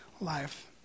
life